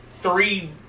three